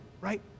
right